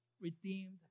redeemed